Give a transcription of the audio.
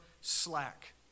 slack